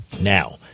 Now